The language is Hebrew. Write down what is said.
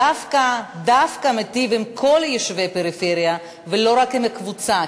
דווקא מיטיב עם כל יישובי הפריפריה ולא רק עם קבוצה.